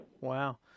Wow